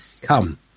Come